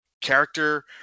character